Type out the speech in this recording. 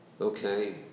Okay